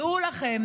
דעו לכם,